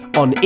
on